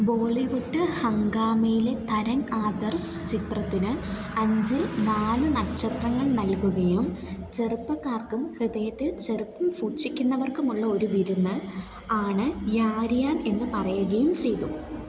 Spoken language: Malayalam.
ബോളിവുഡ് ഹംഗാമിയിലെ തരൺ ആദർശ് ചിത്രത്തിന് അഞ്ചിൽ നാല് നക്ഷത്രങ്ങൾ നൽകുകയും ചെറുപ്പക്കാർക്കും ഹൃദയത്തിൽ ചെറുപ്പം സൂക്ഷിക്കുന്നവർക്കുമുള്ള ഒരു വിരുന്ന് ആണ് യാരിയാൻ എന്ന് പറയുകയും ചെയ്തു